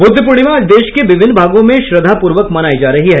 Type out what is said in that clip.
ब्रद्ध पूर्णिमा आज देश के विभिन्न भागों में श्रद्धापूर्वक मनायी जा रही है